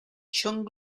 chung